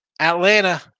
Atlanta